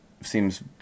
seems